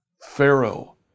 Pharaoh